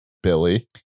Billy